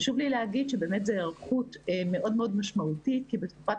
חשוב לי לומר שבאמת זו הערכות מאוד מאוד משמעותית כי בתקופת